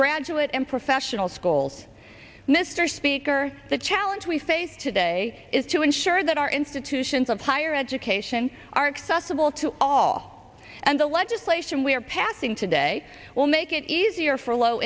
graduate and professional schools mr speaker the challenge we face today is to ensure that our institutions of higher education are accessible to all and the legislation we are passing today will make it easier for low